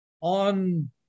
on